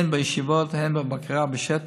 הן בישיבות והן בבקרה בשטח,